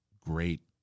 Great